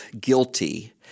guilty